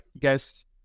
guys